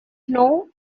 know